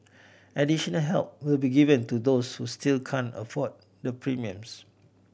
additional help will be given to those who still can't afford the premiums